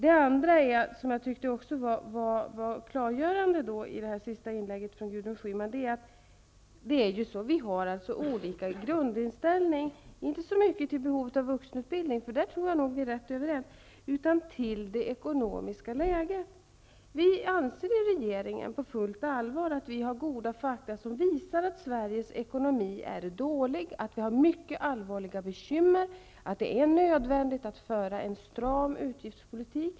En annan sak som klargjordes genom Gudrun Schymans senaste inlägg är att vi har så olika grundinställning, inte så mycket när det gäller behovet av vuxenutbildning, för om det är vi nog rätt så överens, utan till det ekonomiska läget. Vi i regeringen anser på fullt allvar att vi har tillförlitliga fakta som visar att Sveriges ekonomi är dålig, att det finns mycket allvarliga bekymmer och att det är nödvändigt att föra en stram utgiftspolitik.